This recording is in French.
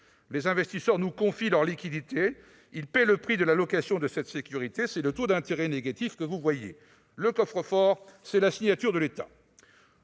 Les investisseurs nous confient leurs liquidités, ils paient le prix de la location de cette sécurité, c'est le taux d'intérêt négatif que vous voyez. Le coffre-fort, c'est la signature de l'État.